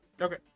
Okay